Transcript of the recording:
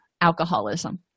alcoholism